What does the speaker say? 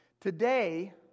Today